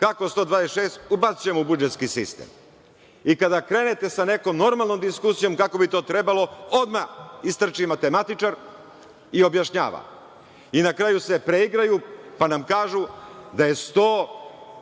Kako 126, ubacićemo u budžetski sistem. I kada krenete sa nekom normalnom diskusijom, kako bi to trebalo, odmah istrči matematičar i objašnjava i na kraju se preigraju pa nam kažu da je 100